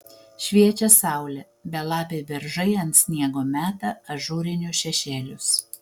šviečia saulė belapiai beržai ant sniego meta ažūrinius šešėlius